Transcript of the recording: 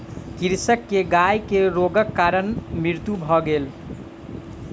कृषक के गाय के रोगक कारण मृत्यु भ गेल